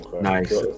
Nice